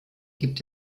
gibt